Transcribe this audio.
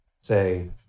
say